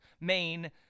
Maine